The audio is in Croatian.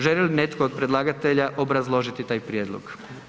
Želi li netko od predlagatelja obrazložiti taj prijedlog?